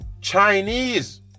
Chinese